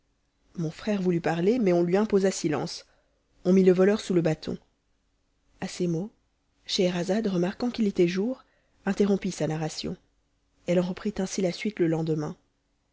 mon frère voulut parler mais on lui imposa silence on mit le voleur sous le bâton a ces mots scheherazade remarquant qu'il était jour interrompit sa narration elle en reprit ainsi la suite le lendemain